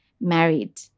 married